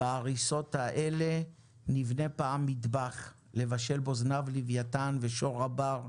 בהריסות האלה נבנה פעם מטבח לבשל בו זנב לוויתן ושור הבר,